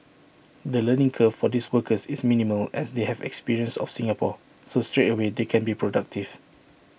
the learning curve for these workers is minimal as they have experience of Singapore so straightaway they can be productive